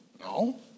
No